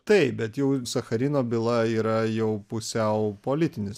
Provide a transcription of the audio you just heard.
taip bet jau sacharino byla yra jau pusiau politinis